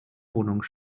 wohnung